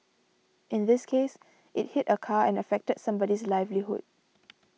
in this case it hit a car and affected somebody's livelihood